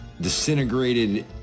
disintegrated